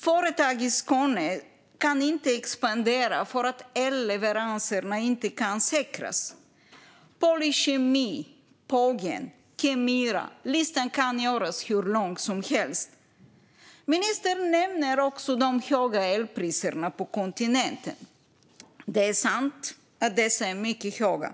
Företag i Skåne kan inte expandera för att elleveranserna inte kan säkras. Polykemi, Pågen, Kemira - listan kan göras hur lång som helst. Ministern nämner också de höga elpriserna på kontinenten. Det är sant att dessa är mycket höga.